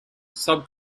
sub